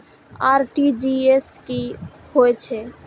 RTGS की होय छै